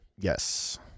Yes